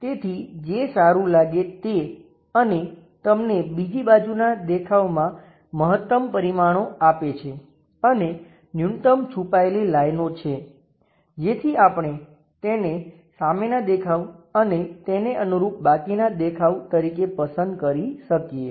તેથી જે સારું લાગે તે અને તમને બીજી બાજુનાં દેખાવમાં મહત્તમ પરિમાણો આપે છે અને ન્યુનતમ છુપાયેલી લાઈનો છે જેથી આપણે તેને સામેના દેખાવ અને તેને અનુરૂપ બાકીનાં દેખાવ તરીકે પસંદ કરી શકીએ